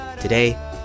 Today